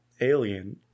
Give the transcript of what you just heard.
alien